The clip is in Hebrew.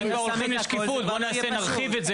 ואם הולכים לשקיפות --- נרחיב את זה